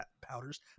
powders